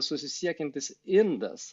susisiekiantis indas